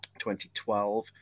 2012